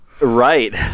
Right